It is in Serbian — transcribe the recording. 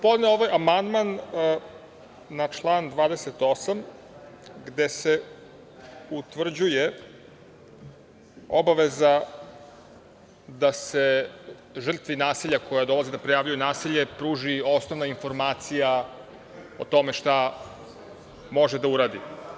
Podneo sam ovaj amandman na član 28. gde se utvrđuje obaveza da se žrtvi nasilja koja dolazi da prijavljuje nasilje pruži osnovna informacija o tome šta može da uradi.